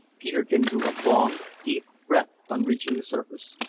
peterkin drew a long, deep breath on reaching the surface,